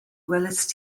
welaist